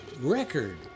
record